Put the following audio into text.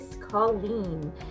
Colleen